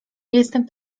jestem